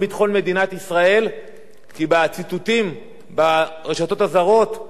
כי בציטוטים ברשתות הזרות כותבים "ראש המוסד" בגדול,